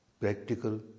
practical